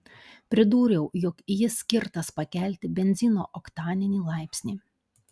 pridūriau jog jis skirtas pakelti benzino oktaninį laipsnį